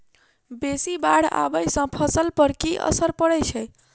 बेसी बाढ़ आबै सँ फसल पर की असर परै छै?